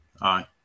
Aye